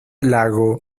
lago